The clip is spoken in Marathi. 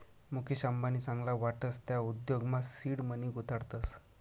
मुकेश अंबानी चांगला वाटस त्या उद्योगमा सीड मनी गुताडतस